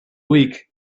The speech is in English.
week